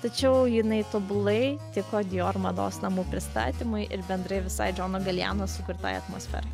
tačiau jinai tobulai tiko dijor mados namų pristatymui ir bendrai visai džono galijano sukurtai atmosferai